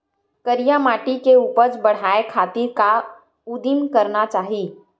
करिया माटी के उपज बढ़ाये खातिर का उदिम करना चाही?